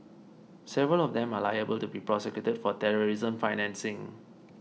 several of them are liable to be prosecuted for terrorism financing